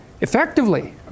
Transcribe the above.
effectively